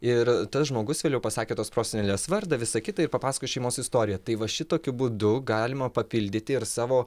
ir tas žmogus vėliau pasakė tos prosenelės vardą visa kita ir papasakojo šeimos istoriją tai va šitokiu būdu galima papildyti ir savo